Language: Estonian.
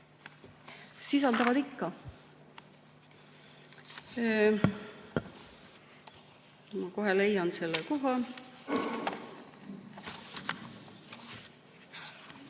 Sisaldavad ikka. Ma kohe leian selle koha